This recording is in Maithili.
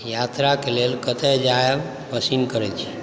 यात्राके लेल कतऽ जाएब पसिन्न करै छी